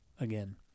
again